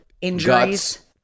Injuries